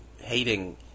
hating